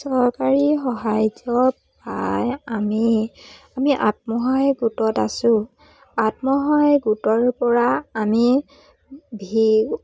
চৰকাৰী সাহায্যৰপৰাই আমি আমি আত্মসহায়ক গোটত আছো আত্মসহায়ক গোটৰপৰা আমি